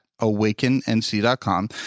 awakennc.com